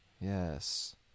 Yes